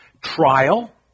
trial